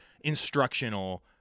instructional